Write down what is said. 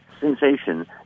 sensation